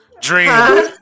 Dream